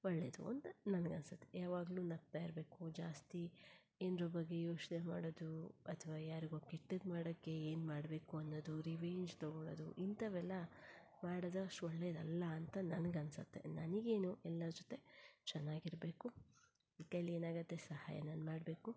ಒಳ್ಳೇದು ಅಂತ ನನಗನ್ನಿಸುತ್ತೆ ಯಾವಾಗಲೂ ನಗ್ತಾಯಿರ್ಬೇಕು ಜಾಸ್ತಿ ಏನ್ರೋ ಬಗ್ಗೆ ಯೋಚನೆ ಮಾಡೋದು ಅಥವಾ ಯಾರಿಗೋ ಕೆಟ್ಟದು ಮಾಡೋಕ್ಕೆ ಏನು ಮಾಡಬೇಕು ಅನ್ನೋದು ರಿವೇಂಜ್ ತಗೊಳ್ಳೋದು ಇಂಥವೆಲ್ಲ ಮಾಡೋದು ಅಷ್ಟು ಒಳ್ಳೇದಲ್ಲ ಅಂತ ನನಗೆ ಅನ್ಸುತ್ತೆ ನನಗೇನು ಎಲ್ಲರ ಜೊತೆ ಚೆನ್ನಾಗಿ ಇರಬೇಕು ನಮ್ಮ ಕೈಲಿ ಏನಾಗುತ್ತೆ ಸಹಾಯ ನಾನು ಮಾಡಬೇಕು